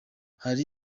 hari